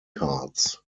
cards